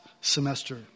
semester